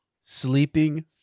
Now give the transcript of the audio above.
sleeping